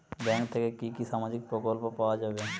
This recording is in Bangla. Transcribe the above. ব্যাঙ্ক থেকে কি কি সামাজিক প্রকল্প পাওয়া যাবে?